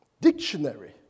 dictionary